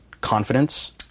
confidence